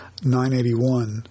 981